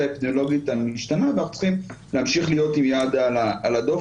האפידמיולוגית המשתנה ואנחנו צריכים להמשיך להיות עם יד על הדופק,